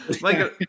michael